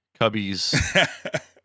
Cubbies